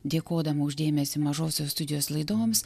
dėkodama už dėmesį mažosios studijos laidoms